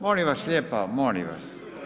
Molim vas lijepo, molim vas.